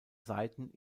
seiten